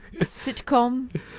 Sitcom